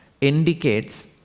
indicates